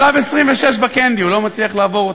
שלוש דקות, אדוני.